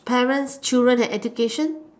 parents children and education